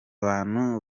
bantu